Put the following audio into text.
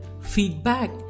feedback